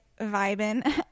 vibing